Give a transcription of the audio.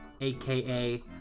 aka